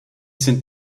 sind